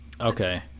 Okay